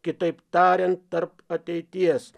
kitaip tariant tarp ateities